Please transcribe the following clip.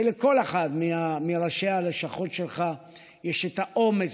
ולכל אחד מראשי הלשכות שלך יש את האומץ